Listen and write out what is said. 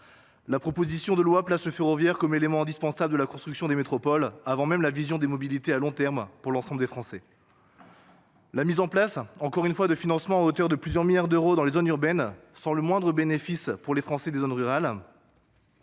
La proposition de loi place le ferroviaire comme élément indispensable de la construction des métropoles, avant même la vision des mobilités à long terme pour l'ensemble des Français. des Français. la mise en place, encore une fois, de financement à hauteur de plusieurs milliards d'euros dans les zones urbaines, sans le moindre bénéfice pour les Français des zones rurales.